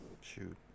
shoot